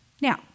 Now